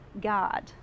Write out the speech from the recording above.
God